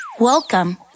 Welcome